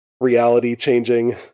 reality-changing